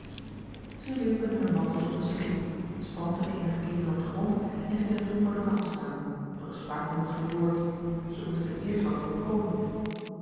zij wierpen hunne mantels op een stoel stampten eenige keeren op den grond en gingen toen voor de kagchel staan doch spraken nog geen woord zij moesten eerst wat bekomen